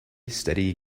steady